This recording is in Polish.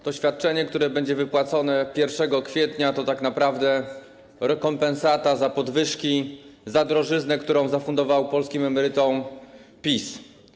To świadczenie, które będzie wypłacone 1 kwietnia, to tak naprawdę rekompensata za podwyżki, za drożyznę, którą zafundował polskim emerytom PiS.